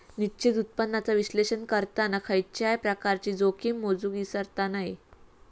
निश्चित उत्पन्नाचा विश्लेषण करताना खयच्याय प्रकारची जोखीम मोजुक इसरता नये